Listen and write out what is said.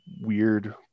weird